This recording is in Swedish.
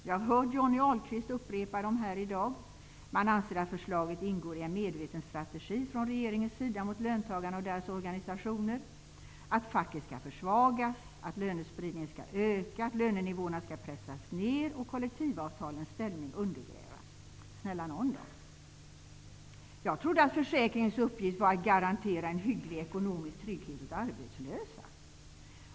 Jag har hört Johnny Ahlqvist upprepa dem här i dag. Man anser att förslaget ingår i en medveten strategi från regeringens sida mot löntagarna och deras organisationer, att facket skall försvagas, att lönespridningen skall öka, att lönenivåer skall pressas ner och kollektivavtalens ställning undergrävas. Snälla nån då! Jag trodde att försäkringens uppgift var att garantera en hygglig ekonomisk trygghet åt arbetslösa.